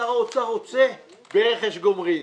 שר האוצר רוצה ברכש גומלין.